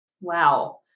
Wow